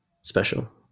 special